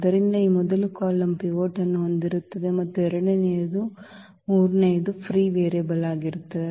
ಆದ್ದರಿಂದ ಈ ಮೊದಲ ಕಾಲಮ್ ಪಿವೋಟ್ ಅನ್ನು ಹೊಂದಿರುತ್ತದೆ ಮತ್ತು ಎರಡನೆಯದು ಮತ್ತು ಮೂರನೆಯದು ಫ್ರೀ ವೇರಿಯೇಬಲ್ ಆಗಿರುತ್ತದೆ